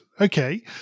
Okay